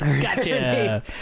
Gotcha